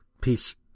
peace